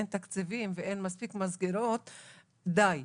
אין תקציבים ואין מספיק מסגרות די,